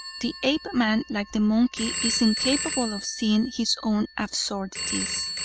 the apeman like the monkey is incapable of seeing his own absurdities.